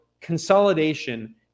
consolidation